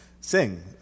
sing